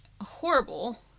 horrible